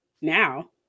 now